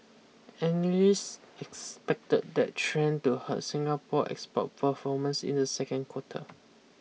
analysts expected that trend to hurt Singapore export performance in the second quarter